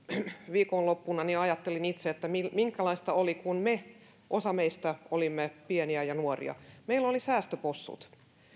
viikonloppuna ajattelin itse minkälaista oli kun me osa meistä oli pieniä ja nuoria meillä oli säästöpossut